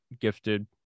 gifted